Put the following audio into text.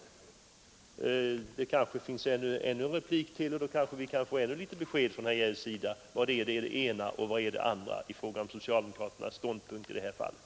Det kanske finns tid för ännu en replik, där vi kan få besked om huruvida socialdemokratins ståndpunkt är den ena eller den andra i det här fallet.